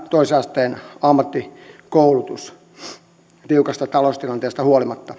toisen asteen ammattikoulutuksen tiukasta taloustilanteesta huolimatta